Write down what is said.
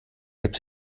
hebt